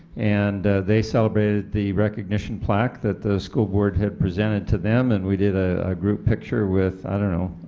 and they celebrated the recognition plaque that the school board had presented to them and we did a group picture with i don't know,